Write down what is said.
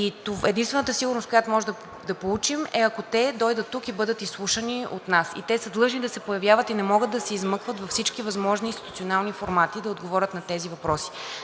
Единствената сигурност, която можем да получим, е, ако те дойдат тук и бъдат изслушани от нас. И те са длъжни да се появяват. И не могат да се измъкват във всички възможни институционални формати да отговорят на тези въпроси.